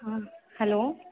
हाँ हेलो